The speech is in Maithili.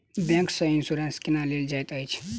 बैंक सँ इन्सुरेंस केना लेल जाइत अछि